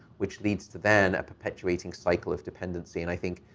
which leads to then a perpetuating cycle of dependency. and i think,